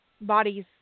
bodies